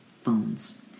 phones